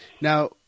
Now –